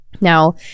now